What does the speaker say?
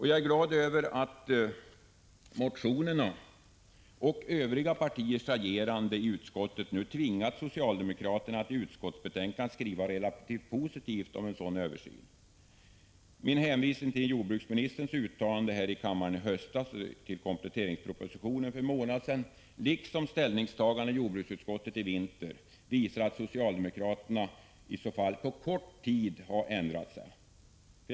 Jag är glad över att motionerna och övriga partiers agerande i utskottet nu tvingat socialdemokraterna att i utskottsbetänkandet skriva relativt positivt om en sådan översyn. Min hänvisning till jordbruksministerns uttalande i kammaren i höstas och i kompletteringspropositionen för en månad sedan, liksom ställningstagandet i jordbruksutskottet i vintras, visar att socialdemokraterna på kort tid har ändrat inställning.